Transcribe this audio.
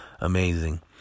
amazing